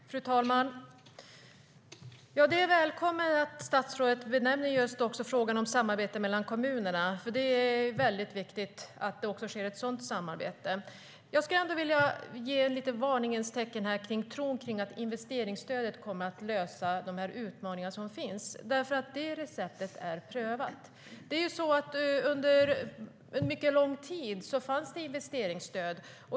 STYLEREF Kantrubrik \* MERGEFORMAT Svar på interpellationerJag skulle ändå vilja ge ett varningens tecken när det gäller tron att investeringsstödet kommer att lösa utmaningarna. Det receptet är prövat. Under mycket lång tid fanns investeringsstöd.